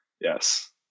Yes